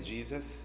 Jesus